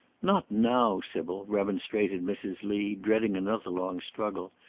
not now, sybil! remonstrated mrs. lee, dreading another long struggle.